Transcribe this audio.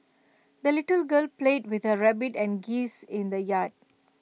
the little girl played with her rabbit and geese in the yard